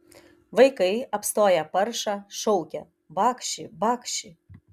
vaikai apstoję paršą šaukia bakši bakši